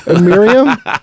Miriam